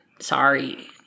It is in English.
Sorry